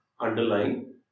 underlying